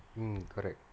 mm correct